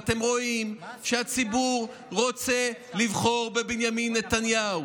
ואתם רואים שהציבור רוצה לבחור בבנימין נתניהו,